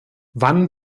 wann